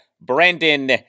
Brandon